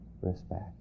respect